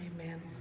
Amen